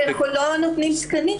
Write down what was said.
כי אנחנו לא נותנים תקנים.